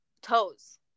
toes